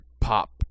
popped